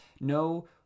no